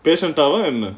patient eh வா என்ன:vaa enna